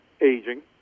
aging